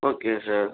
okay sir